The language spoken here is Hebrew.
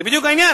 זה בדיוק העניין,